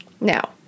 Now